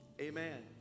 amen